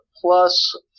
plus